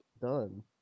done